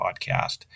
podcast